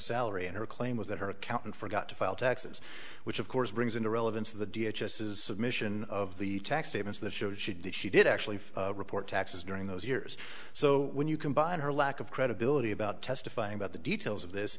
salary and her claim was that her accountant forgot to file taxes which of course brings in the relevance of the d h as is submission of the tax statements that shows she did she did actually report taxes during those years so when you combine her lack of credibility about testifying about the details of this